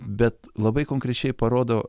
bet labai konkrečiai parodo